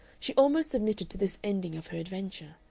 she almost submitted to this ending of her adventure.